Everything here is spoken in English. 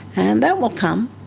and that will come.